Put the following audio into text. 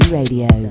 radio